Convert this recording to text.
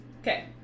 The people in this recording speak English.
Okay